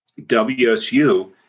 WSU